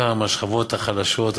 מהשכבות החלשות,